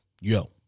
Yo